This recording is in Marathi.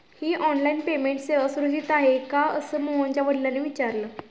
ही ऑनलाइन पेमेंट सेवा सुरक्षित आहे का असे मोहनच्या वडिलांनी विचारले